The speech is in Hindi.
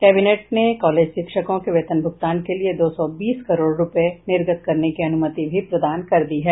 कैबिनेट ने कॉलेज शिक्षकों के वेतन भुगतान के लिए दो सौ बीस करोड़ रूपये निर्गत करने की अनुमति भी प्रदान कर दी है